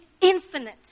infinite